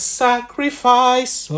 sacrifice